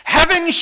Heaven